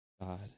God